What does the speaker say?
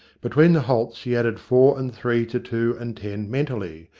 between the halts he added four and three to two and ten mentally,